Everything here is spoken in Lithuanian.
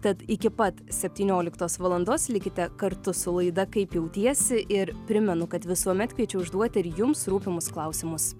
tad iki pat septynioliktos valandos likite kartu su laida kaip jautiesi ir primenu kad visuomet kviečiu užduoti ir jums rūpimus klausimus